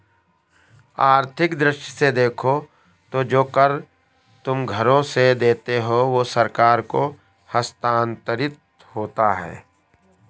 आर्थिक दृष्टि से देखो तो जो कर तुम घरों से देते हो वो सरकार को हस्तांतरित होता है